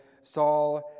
Saul